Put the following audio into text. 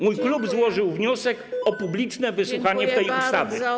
Mój klub złożył wniosek o publiczne wysłuchanie tej ustawy.